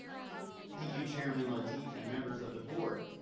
thank you, chairman lateef, and members of the board.